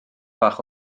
bach